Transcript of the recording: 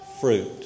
fruit